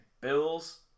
Bills